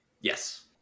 yes